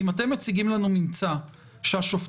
אם אתם מציגים לנו ממצא שהשופטים,